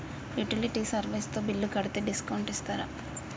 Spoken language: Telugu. యుటిలిటీ సర్వీస్ తో బిల్లు కడితే డిస్కౌంట్ ఇస్తరా?